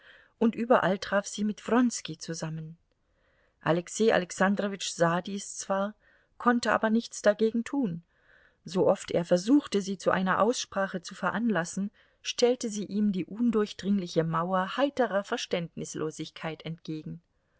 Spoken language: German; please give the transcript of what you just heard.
und überall traf sie mit wronski zusammen alexei alexandrowitsch sah dies zwar konnte aber nichts dagegen tun sooft er versuchte sie zu einer aussprache zu veranlassen stellte sie ihm die undurchdringliche mauer heiterer verständnislosigkeit entgegen